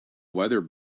weather